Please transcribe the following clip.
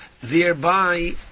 thereby